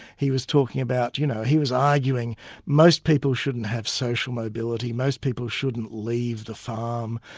he was talking about, you know he was arguing most people shouldn't have social mobility, most people shouldn't leave the farm.